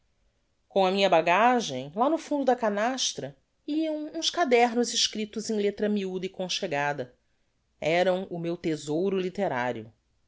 com a minha bagagem lá no fundo da canastra iam uns quadernos escriptos em lettra miuda e conchegada eram o meu thesouro litterario